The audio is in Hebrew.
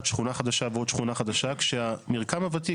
שכונה חדשה ועוד שכונה חדשה כשהמרקם הוותיק,